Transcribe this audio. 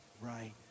right